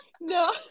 No